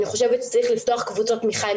אני חושבת שצריך לפתוח קבוצות תמיכה עם